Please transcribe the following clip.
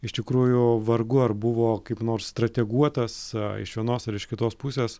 iš tikrųjų vargu ar buvo kaip nors strateguotas iš vienos ar iš kitos pusės